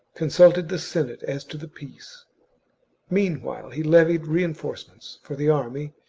consulted the senate as to the peace meanwhile, he levied reinforcements for the army,